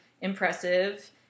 impressive